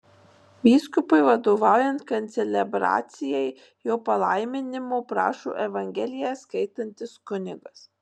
vyskupui vadovaujant koncelebracijai jo palaiminimo prašo evangeliją skaitantis kunigas